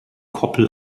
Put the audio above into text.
koppel